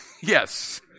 Yes